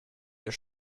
your